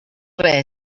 res